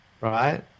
right